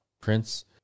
prince